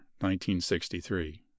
1963